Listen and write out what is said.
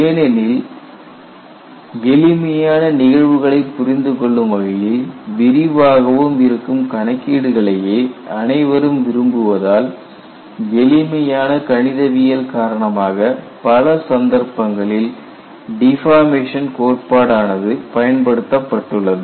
ஏனெனில் எளிமையான நிகழ்வுகளை புரிந்து கொள்ளும் வகையில் விரிவாகவும் இருக்கும் கணக்கீடுகளையே அனைவரும் விரும்புவதால் எளிமையான கணிதவியல் காரணமாக பல சந்தர்ப்பங்களில் டிபார்மேஷன் கோட்பாடானது பயன்படுத்தப்பட்டுள்ளது